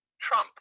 Trump